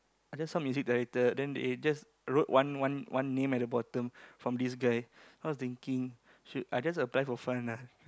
I just saw music director then they just wrote one one one name at the bottom from this guy then I was thinking should I just apply for fun lah